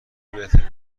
بهترین